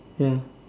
ya